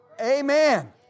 Amen